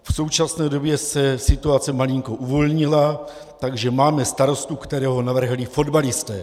V současné době se situace malinko uvolnila, takže máme starostu, kterého navrhli fotbalisté.